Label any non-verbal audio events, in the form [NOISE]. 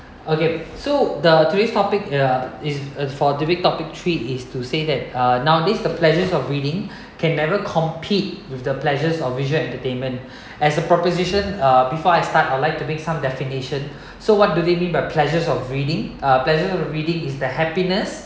okay so the today's topic ya is uh for debate topic three is to say that uh nowadays the pleasures of reading can never compete with the pleasures of visual entertainment [BREATH] as a proposition uh before I start I'd like to make some definition so what do they mean by pleasures of reading uh pleasure reading is the happiness